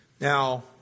Now